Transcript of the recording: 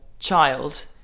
Child